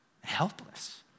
Helpless